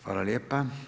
Hvala lijepa.